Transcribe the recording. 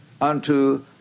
unto